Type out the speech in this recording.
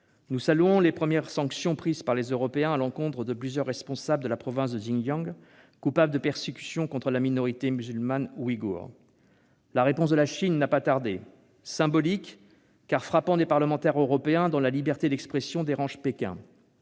Nous saluons les premières sanctions prises par les Européens à l'encontre de plusieurs responsables de la province du Xinjiang, coupables de persécutions contre la minorité musulmane des Ouïghours. La réponse de la Chine n'a pas tardé, symbolique car frappant des parlementaires européens dont la liberté d'expression dérange Pékin.